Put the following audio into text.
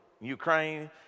Ukraine